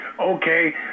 okay